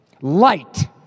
Light